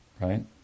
right